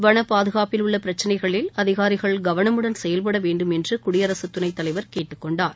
வன பாதுகாப்பில் உள்ள பிரச்சனைகளில் அதிகாரிகள் கவனமுடன் செயல்பட வேண்டும் என்று குடியரகத் துணைத் தலைவர் கேட்டுக் கொண்டார்